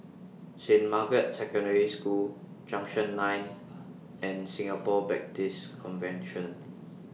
Saint Margaret's Secondary School Junction nine and Singapore Baptist Convention